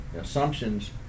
assumptions